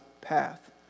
path